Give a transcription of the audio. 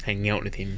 hanging out with him